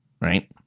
right